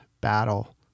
battle